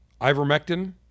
ivermectin